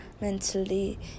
mentally